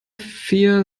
vier